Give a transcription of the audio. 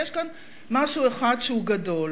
אבל יש כאן משהו אחד שהוא גדול.